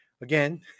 again